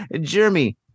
Jeremy